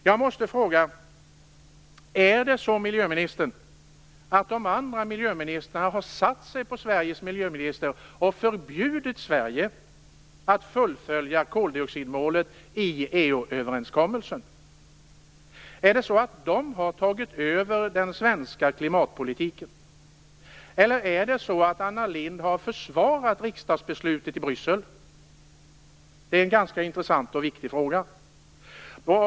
Jag måste fråga: Är det så att de andra miljöministrarna har satt sig på Sveriges miljöminister och förbjudit Sverige att fullfölja koldioxidmålet i överenskommelsen? Har de tagit över den svenska klimatpolitiken, eller har Anna Lindh försvarat riksdagsbeslutet i Bryssel? Det är en ganska intressant och viktig fråga.